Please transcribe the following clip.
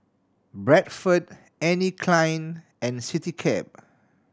Bradford Anne Klein and Citycab